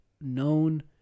known